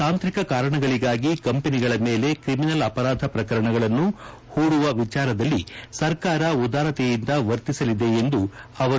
ತಾಂತ್ರಿಕ ಕಾರಣಗಳಿಗಾಗಿ ಕಂಪನಿಗಳ ಮೇಲೆ ತ್ರಿಮಿನಲ್ ಅಪರಾಧ ಪ್ರಕರಣಗಳನ್ನು ಹೂಡುವ ವಿಚಾರದಲ್ಲಿ ಸರ್ಕಾರ ಉದಾರತೆಯಿಂದ ವರ್ತಿಸಲಿದೆ ಎಂದರು